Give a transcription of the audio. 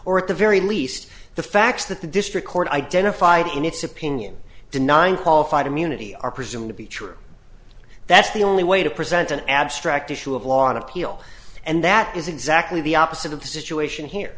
or at the very least the facts that the district court identified in its opinion denying qualified immunity are presumed to be true that's the only way to present an abstract issue of a lot of appeal and that is exactly the opposite of the situation here